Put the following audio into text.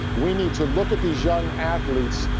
we need to look at the young athletes,